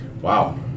Wow